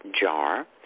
jar